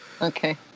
Okay